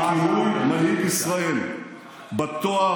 של כינוי מנהיג ישראל בתואר